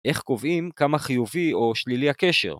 ‫איך קובעים כמה חיובי או שלילי הקשר?